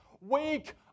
wake